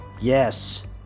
Yes